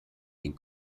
den